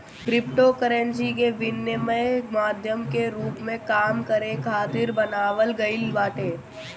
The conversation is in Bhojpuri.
क्रिप्टोकरेंसी के विनिमय माध्यम के रूप में काम करे खातिर बनावल गईल बाटे